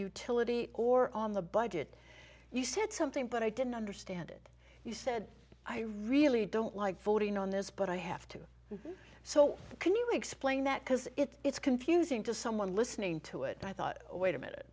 utility or on the budget you said something but i didn't understand it you said i really don't like voting on this but i have to so can you explain that because it's confusing to someone listening to it and i thought wait a minute